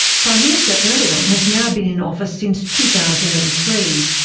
prime minister erdogan has now been in office since two thousand and three.